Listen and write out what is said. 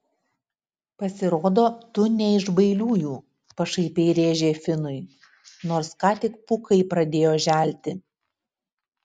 pasirodo tu ne iš bailiųjų pašaipiai rėžė finui nors ką tik pūkai pradėjo želti